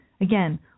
Again